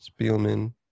Spielman